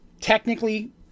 technically